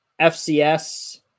FCS